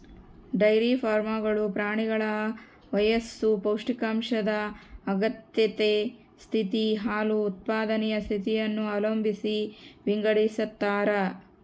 dairy ಫಾರ್ಮ್ಗಳು ಪ್ರಾಣಿಗಳ ವಯಸ್ಸು ಪೌಷ್ಟಿಕಾಂಶದ ಅಗತ್ಯತೆ ಸ್ಥಿತಿ, ಹಾಲು ಉತ್ಪಾದನೆಯ ಸ್ಥಿತಿಯನ್ನು ಅವಲಂಬಿಸಿ ವಿಂಗಡಿಸತಾರ